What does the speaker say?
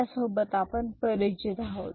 यासोबत आपण परिचित आहोत